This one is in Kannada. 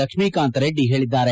ಲಕ್ಷ್ಮೀಕಾಂತರೆಡ್ಡಿ ಹೇಳಿದ್ದಾರೆ